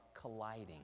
colliding